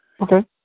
Okay